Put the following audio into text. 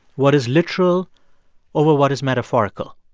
what is literal over what is metaphorical.